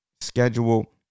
schedule